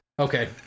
okay